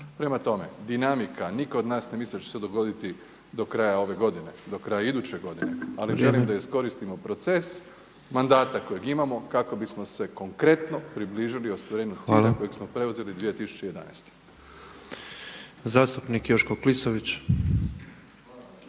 Prema tome, dinamika, nitko od nas ne misli da će se to dogoditi do kraja ove godine, do kraja iduće godine, ali želim da iskoristimo … /Upadica Petrov: Vrijeme./ … mandata kojeg imamo kako bismo se konkretno približili ostvarenju cilja kojeg smo preuzeli 2011.